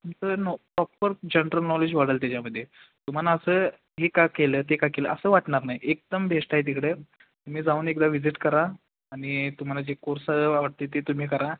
तुमचं नॉ proper general knowledge वाढंल त्याच्यामध्ये तुम्हाला असं हे का केलं ते का केलं असं वाटणार नाही एकदम बेस्ट आहे तिकडे तुम्ही जाऊन एकदा व्हजिट करा आणि तुम्हाला जे कोर्स वाटते ते तुम्ही करा